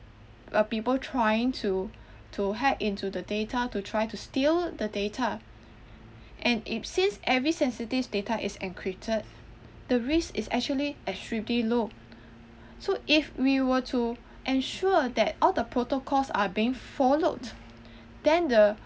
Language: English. err people trying to to hack into the data to try to steal the data and it since every sensitive data is encrypted the risk is actually extremely low so if we were to ensure that all the protocols are being followed then the